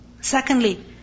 Secondly